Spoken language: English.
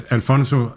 Alfonso